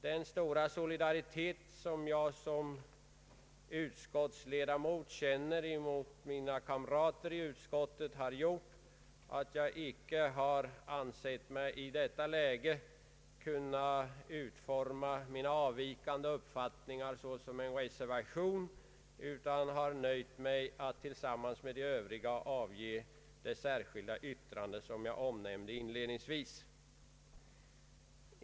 Den solidaritet som jag som utskottsledamot känner emot mina kamrater i utskottet har gjort att jag inte har ansett mig i detta läge kunna utforma mina avvikande uppfattningar såsom en reservation, utan jag har nöjt mig med att tillsammans med tre andra ledamöter avge det särskilda yttrande som jag omnämnde inledningsvis.